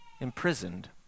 imprisoned